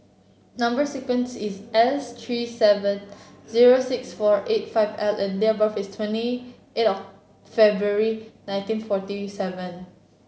number sequence is S three seven zero six four eight five L and date of birth is twenty eight of February nineteen forty seven